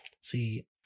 See